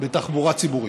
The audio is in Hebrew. בתחבורה ציבורית.